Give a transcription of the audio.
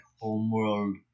homeworld